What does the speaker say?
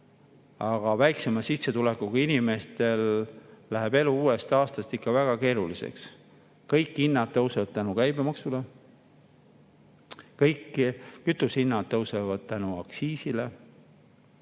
Aga väiksema sissetulekuga inimestel läheb elu uuest aastast ikka väga keeruliseks. Kõik hinnad tõusevad käibemaksu tõttu. Kõik kütusehinnad tõusevad aktsiisi